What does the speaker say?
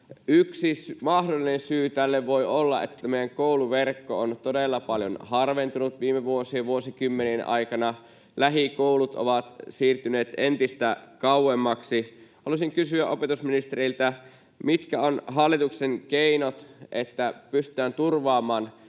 Yksi mahdollinen syy tähän voi olla, että meidän kouluverkko on todella paljon harventunut viime vuosien, vuosikymmenien aikana. Lähikoulut ovat siirtyneet entistä kauemmaksi. Haluaisin kysyä opetusministeriltä: mitkä ovat hallituksen keinot, että pystytään turvaamaan